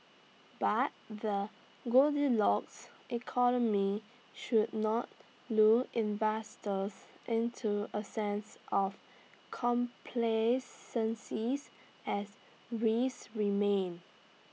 but the goldilocks economy should not lull investors into A sense of complacencies as risk remain